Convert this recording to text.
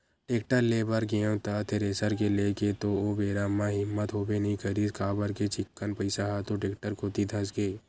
tractor ले बर गेंव त थेरेसर के लेय के तो ओ बेरा म हिम्मत होबे नइ करिस काबर के चिक्कन पइसा ह तो टेक्टर कोती धसगे